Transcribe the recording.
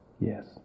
Yes